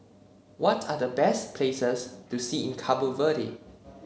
what are the best places to see in Cabo Verde